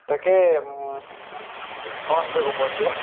তাকে অঁ সেইটোৱে ক'ব আছিলে